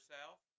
South